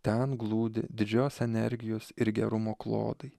ten glūdi didžios energijos ir gerumo klodai